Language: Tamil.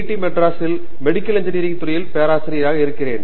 டி மெட்ராஸில் மெடிக்கல் இன்ஜினியரிங் துறையில் பேராசிரியராக இருக்கிறேன்